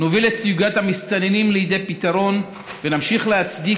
נוביל את סוגיית המסתננים לפתרון ונמשיך להצדיק